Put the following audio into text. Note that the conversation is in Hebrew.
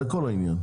זה כל העניין,